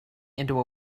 into